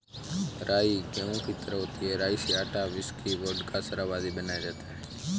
राई गेहूं की तरह होती है राई से आटा, व्हिस्की, वोडका, शराब आदि बनाया जाता है